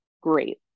Great